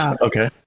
Okay